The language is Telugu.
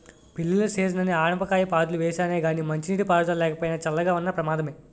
పెళ్ళిళ్ళ సీజనని ఆనపకాయ పాదులు వేసానే గానీ మంచినీటి పారుదల లేకపోయినా, చల్లగా ఉన్న ప్రమాదమే